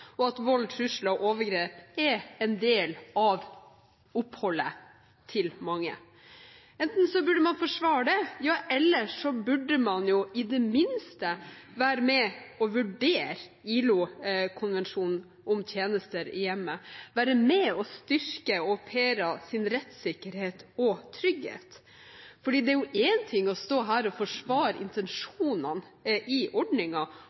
og at vold, trusler og overgrep er en del av oppholdet til mange – eller så burde man i det minste være med og vurdere ILO-konvensjonen om tjenester hjemme og være med og styrke rettssikkerhet og tryggheten for au pairer. For én ting er å stå her og forsvare intensjonene i